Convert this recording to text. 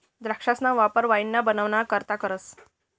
द्राक्षसना वापर वाईन बनवाना करता करतस